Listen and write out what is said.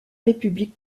république